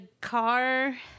car